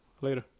Later